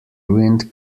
ruined